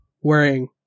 wearing